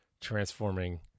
transforming